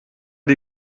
die